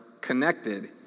connected